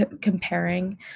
comparing